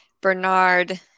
Bernard